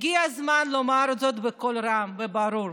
הגיע הזמן לומר זאת בקול רם וברור,